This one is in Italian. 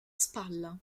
spalla